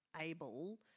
able